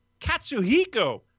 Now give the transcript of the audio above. katsuhiko